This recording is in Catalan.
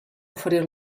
oferir